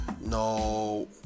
No